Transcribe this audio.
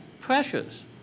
pressures